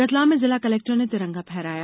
रतलाम में जिला कलेक्टर ने तिरंगा फहराया